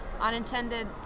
unintended